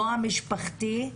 לא המשפחתי,